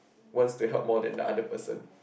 wants to help more than the other person